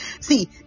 see